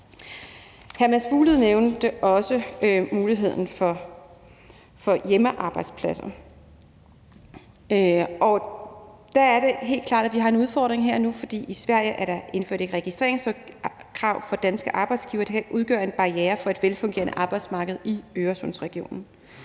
der er det helt klart, at vi har en udfordring her og nu, for i Sverige er der indført et registreringskrav for danske arbejdsgivere, der kan udgøre en barriere for et velfungerende arbejdsmarked i Øresundsregionen.